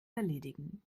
erledigen